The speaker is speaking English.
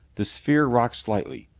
the sphere rocked slightly.